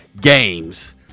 games